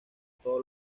todo